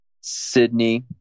Sydney